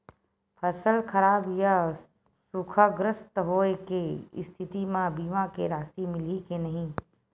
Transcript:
फसल खराब या सूखाग्रस्त होय के स्थिति म बीमा के राशि मिलही के नही?